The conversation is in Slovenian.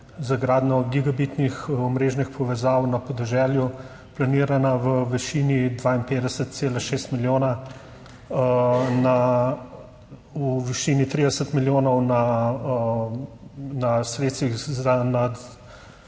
za gradnjo gigabitnih omrežnih povezav na podeželju planirana v višini 52,6 milijona na, v višini 30 milijonov na, na sredstvih